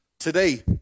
Today